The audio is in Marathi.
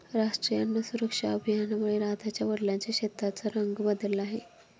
राष्ट्रीय अन्न सुरक्षा अभियानामुळे राधाच्या वडिलांच्या शेताचा रंग बदलला आहे